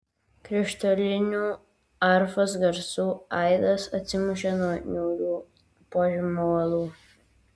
krištolinių arfos garsų aidas atsimušė nuo niūrių požemio uolų